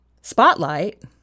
spotlight